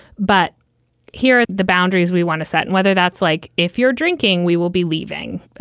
but here the boundaries we want to set and whether that's like if you're drinking, we will be leaving.